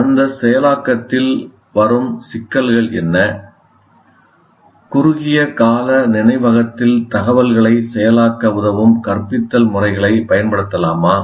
அந்த செயலாக்கத்தில் வரும் சிக்கல்கள் என்ன குறுகிய கால நினைவகத்தில் தகவல்களை செயலாக்க உதவும் கற்பித்தல் முறைகளைப் பயன்படுத்தலாமா